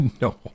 No